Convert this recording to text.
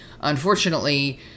Unfortunately